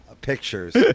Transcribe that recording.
pictures